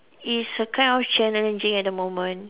it's a kind of challenging at the moment